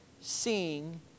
seeing